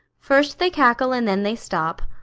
first they cackle and then they stop.